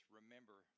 remember